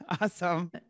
Awesome